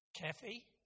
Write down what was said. Kathy